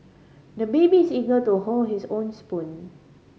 the baby is eager to hold his own spoon